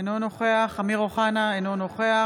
אינו נוכח אמיר אוחנה, אינו נוכח